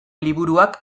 liburuak